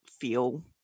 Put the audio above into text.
feel